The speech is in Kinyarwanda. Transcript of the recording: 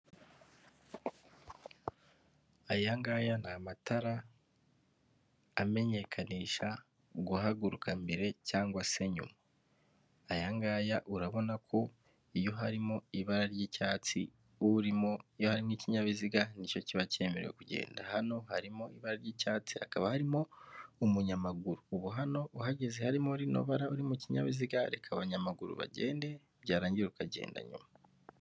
Aya ngaya ni amatara amenyekanisha guhaguruka mbere cyangwa se nyuma aya ngaya urabona ko iyo harimo ibara ry'icyatsi, ikinyabiziga nicyo kiba cyemerewe kugenda hano harimo ibara ry'icyatsi akaba arimo umunyamaguru ubu hano uhageze harimo'ino bara uri mu kinyabiziga reka abanyamaguru bagende byarangira ukagenda nyuma.